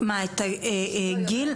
את הגיל?